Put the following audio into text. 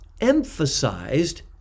emphasized